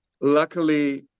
Luckily